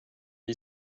you